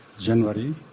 January